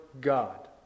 God